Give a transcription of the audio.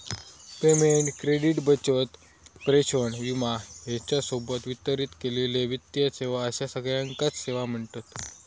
payment, credit, बचत, प्रेषण, विमा ह्येच्या सोबत वितरित केलेले वित्तीय सेवा अश्या सगळ्याकांच सेवा म्ह्णतत